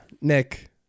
Nick